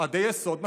עדי היסוד נחרימה.